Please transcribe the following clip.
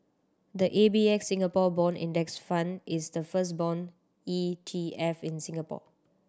the A B F Singapore Bond Index Fund is the first bond E T F in Singapore